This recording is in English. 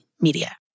Media